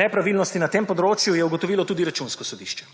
Nepravilnosti na tem področju je ugotovilo tudi Računsko sodišče.